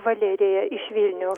valerija iš vilniaus